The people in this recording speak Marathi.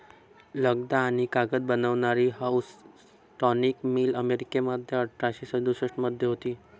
लगदा आणि कागद बनवणारी हाऊसटॉनिक मिल अमेरिकेमध्ये अठराशे सदुसष्ट मध्ये होती